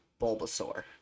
Bulbasaur